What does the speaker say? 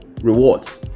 rewards